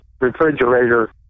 refrigerator